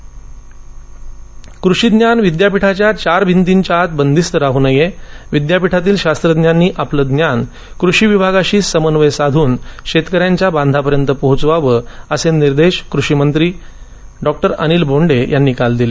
कुषीमंत्री कृषीज्ञान विद्यापीठाच्या चार भिंतीच्या आत बंदिस्त राहू नये विद्यापीठातील शास्त्रज्ञांनी आपलं ज्ञान कृषी विभागाशी समन्वय साधून शेतकऱ्यांच्या बांधापर्यंत पोहचवावं असे निर्देश कृषी मंत्री डॉक्टर अनिल बोंडे यांनी काल दिले